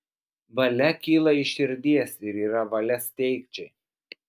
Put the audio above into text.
valia kyla iš širdies ir yra valia steigčiai